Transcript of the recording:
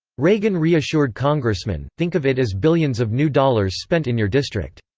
reagan reassured congressman think of it as billions of new dollars spent in your district.